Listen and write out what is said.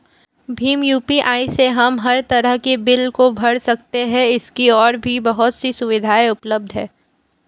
Bhim UPI से हम हर तरह के बिल को भर सकते है, इसकी और भी बहुत सी सुविधाएं उपलब्ध है